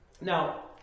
Now